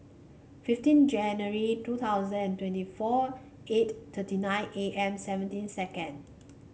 fifteen January two thousand and twenty four eight thirty nine A M seventeen second